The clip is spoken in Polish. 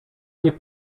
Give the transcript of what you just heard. nie